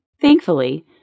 Thankfully